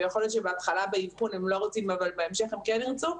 יכול להיות שבהתחלה באבחון הם לא רוצים אבל בהמשך הם כן ירצו.